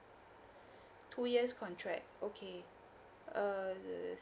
two years contract okay err